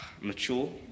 mature